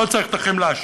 לא צריך את החמלה שלכם.